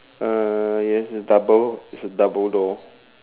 yes it's double its a double door